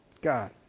God